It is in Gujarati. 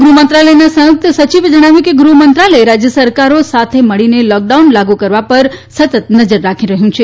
ગૃહમંત્રાલયના સંયુક્ત સચિવે જણાવ્યું કે ગૃહમંત્રાલય રાજ્ય સરકારે સાથે મળીને લોકડાઉન લાગુ કરવા પર સતત નજર રાખી રહ્યું છે